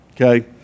Okay